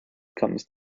comes